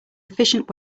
efficient